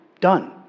done